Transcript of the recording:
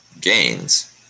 gains